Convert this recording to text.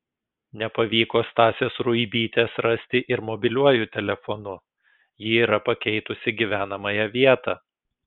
nepavyko stasės ruibytės rasti ir mobiliuoju telefonu ji yra pakeitusi gyvenamąją vietą